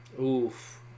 Oof